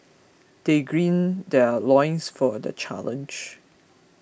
they green their loins for the challenge